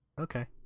Okay